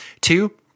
Two